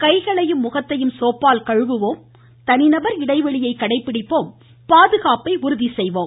கைகளையும் முகத்தையும் சோப்பால் கழுவுவோம் தனிநபர் இடைவெளியை கடைபிடிப்போம் பாதுகாப்பை உறுதி செய்வோம்